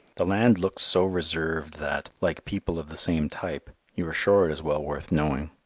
the land looks so reserved that, like people of the same type, you are sure it is well worth knowing.